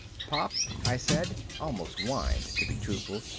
pop, i said almost whined, to be truthful,